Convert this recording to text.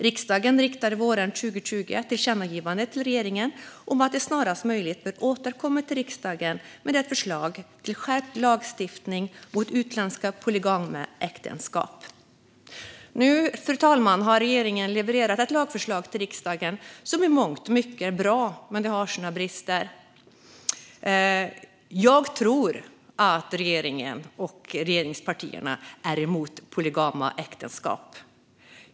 Riksdagen riktade våren 2020 ett tillkännagivande till regeringen om att den snarast möjligt borde återkomma till riksdagen med ett förslag till skärpt lagstiftning mot utländska polygama äktenskap. Nu, fru talman, har regeringen levererat ett lagförslag till riksdagen som i mångt och mycket är bra, men det har sina brister. Jag tror att regeringen och regeringspartierna är emot polygama äktenskap.